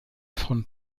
von